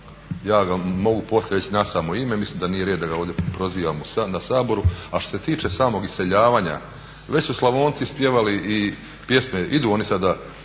Ja mogu poslije nasamo reći ime mislim da nije red ovdje da ga prozivam u Saboru. A što se tiče samog iseljavanja, već su Slavonci spjevali pjesme, idu oni sada